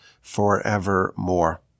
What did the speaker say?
forevermore